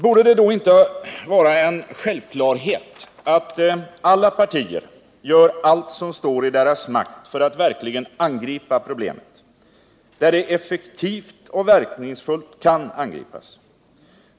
Borde det då inte vara en självklarhet att alla partier gör allt som står i deras makt för att verkligen angripa problemet där det effektivt och verkningsfullt kan angripas?